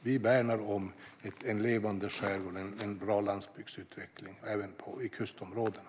Vi värnar om en levande skärgård och en bra landsbygdsutveckling även i kustområdena.